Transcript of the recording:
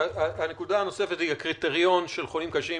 הנקודה הנוספת היא הקריטריון של חולים קשים,